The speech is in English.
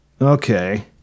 Okay